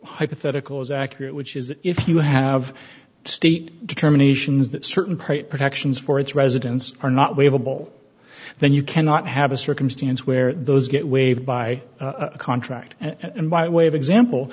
hypothetical is accurate which is that if you have state determinations that certain protections for its residents are not we have a ball then you cannot have a circumstance where those get waived by a contract and by way of example